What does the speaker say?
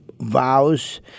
vows